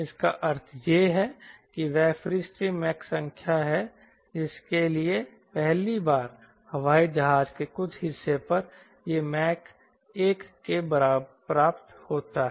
इसका अर्थ यह है कि वह फ़्रीस्ट्रीम मैक संख्या है जिसके लिए पहली बार हवाई जहाज के कुछ हिस्से पर यह मैक एक के बराबर प्राप्त होता है